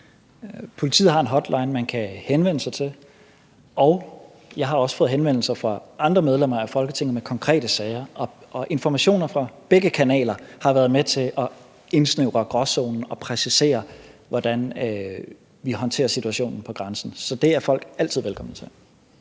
Politiet har en hotline, man kan henvende sig til, og jeg har også fået henvendelser fra andre medlemmer af Folketinget om konkrete sager. Informationer fra begge kanaler har været med til at indsnævre gråzonen og præcisere, hvordan vi håndterer situationen på grænsen. Så det er folk altid velkomne til.